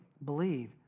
believe